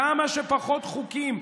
כמה שפחות חוקים,